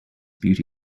beauty